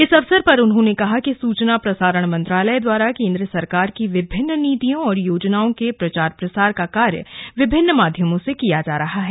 इस अवसर पर उन्होंने कहा कि सूचना प्रसारण मंत्रालय द्वारा केंद्र सरकार की विभिन्न नीतियों और योजनाओं के प्रचार प्रसार का कार्य विभिन्न माध्यमों से किया जा रहा है